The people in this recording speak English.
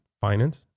finance